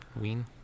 ween